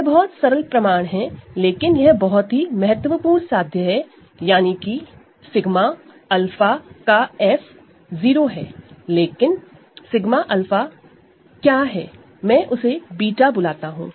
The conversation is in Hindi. यह बहुत सरल प्रमाण है लेकिन यह बहुत ही महत्वपूर्ण प्रोपोज़िशन है यानी कि f𝜎 𝛂 0 है लेकिन 𝜎 𝛂 क्या है मैं उसे β बुलाता हूं